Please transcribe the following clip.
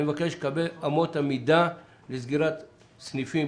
אני מבקש לקבל את אמות המידה לסגירת סניפים,